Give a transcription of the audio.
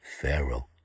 Pharaoh